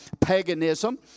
paganism